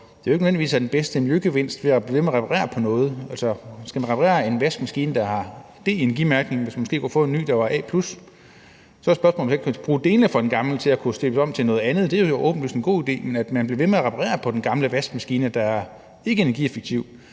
der jo ikke nødvendigvis er den bedste miljøgevinst ved at blive ved med at reparere på noget. Skal man reparere en vaskemaskine, der har en D-energimærkning, hvis man måske kunne få en ny, der var A+? Så er spørgsmålet, om man ikke kan bruge delene fra den gamle vaskemaskine til at kunne stille om til noget andet – det er jo åbenlyst en god idé – men at man bliver ved med at reparere på den gamle vaskemaskine, der ikke er energieffektiv,